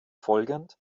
folgend